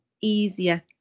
easier